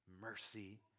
mercy